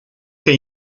que